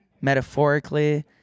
metaphorically